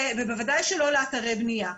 ובוודאי שלא לאתרי בנייה.